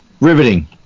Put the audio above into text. Riveting